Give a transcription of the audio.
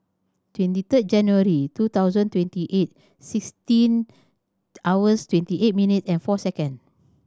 twenty third January two thousand twenty eight sixteen hours twenty eight minute and four second